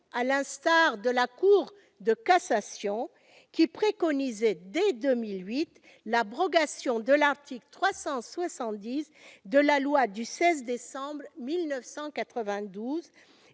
à vie. La Cour de cassation préconisait dès 2008 l'abrogation de l'article 370 de la loi du 16 décembre 1992.